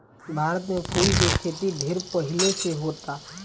भारत में फूल के खेती ढेर पहिले से होता